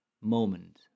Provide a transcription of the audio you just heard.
moment